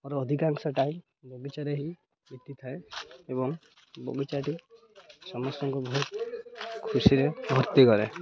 ମୋର ଅଧିକାଂଶ ଟାଇମ ବଗିଚାରେ ହିଁ ବିତି ଥାଏ ଏବଂ ବଗିଚାଟି ସମସ୍ତଙ୍କୁ ବହୁତ ଖୁସିରେ ଭର୍ତ୍ତି କରେ